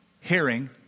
hearing